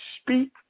Speak